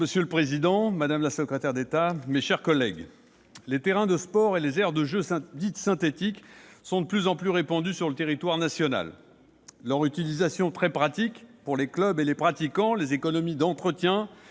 Monsieur le président, madame la secrétaire d'État, mes chers collègues, les terrains de sport et les aires de jeu dites « synthétiques » sont de plus en plus répandus sur le territoire national. Leur utilisation très pratique pour les clubs et les pratiquants, les économies d'entretien